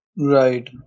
Right